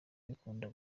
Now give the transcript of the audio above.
bikunda